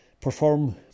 Perform